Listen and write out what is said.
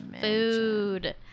food